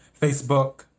Facebook